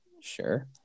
Sure